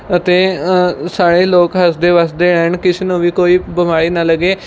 ਅਤੇ ਸਾਰੇ ਲੋਕ ਹੱਸਦੇ ਵਸਦੇ ਰਹਿਣ ਕਿਸੇ ਨੂੰ ਵੀ ਕੋਈ ਬਿਮਾਰੀ ਨਾ ਲੱਗੇ